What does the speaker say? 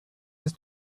ist